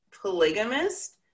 polygamist